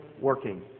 working